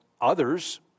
others